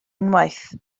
unwaith